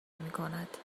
میکند